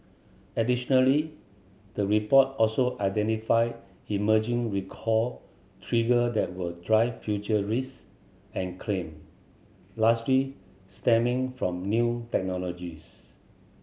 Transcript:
additionally the report also identified emerging recall trigger that will drive future risk and claim largely stemming from new technologies